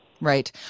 Right